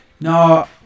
No